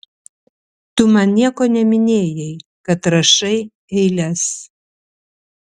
tu man nieko neminėjai kad rašai eiles